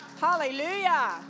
Hallelujah